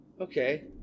okay